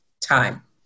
time